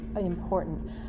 important